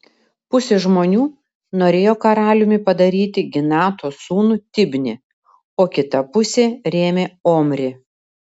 pusė žmonių norėjo karaliumi padaryti ginato sūnų tibnį o kita pusė rėmė omrį